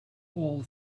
all